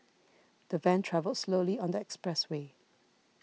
the van travelled slowly on the expressway